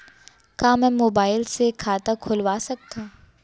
का मैं मोबाइल से खाता खोलवा सकथव?